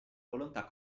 volontà